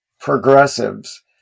progressives